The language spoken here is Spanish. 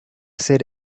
ser